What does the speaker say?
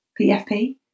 PFP